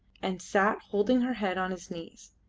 and sat holding her head on his knees.